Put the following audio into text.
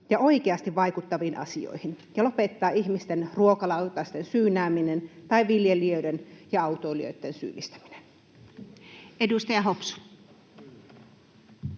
ja oikeasti vaikuttaviin asioihin ja lopettaa ihmisten ruokalautasten syynääminen tai viljelijöiden ja autoilijoitten syyllistäminen. [Speech 34]